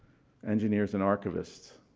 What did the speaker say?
engineers and archivists,